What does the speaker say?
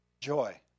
Joy